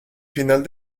final